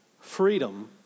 Freedom